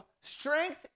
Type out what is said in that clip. strength